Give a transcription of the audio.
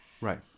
right